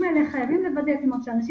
אנשים